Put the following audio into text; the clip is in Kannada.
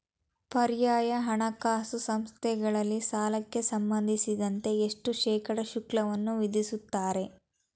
ಪರ್ಯಾಯ ಹಣಕಾಸು ಸಂಸ್ಥೆಗಳಲ್ಲಿ ಸಾಲಕ್ಕೆ ಸಂಬಂಧಿಸಿದಂತೆ ಎಷ್ಟು ಶೇಕಡಾ ಶುಲ್ಕವನ್ನು ವಿಧಿಸುತ್ತಾರೆ?